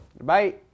Bye